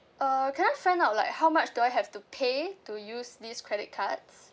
uh can I find out like how much do I have to pay to use these credit cards